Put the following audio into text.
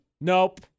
nope